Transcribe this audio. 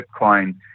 Bitcoin